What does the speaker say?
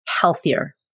healthier